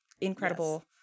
incredible